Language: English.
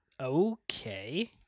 Okay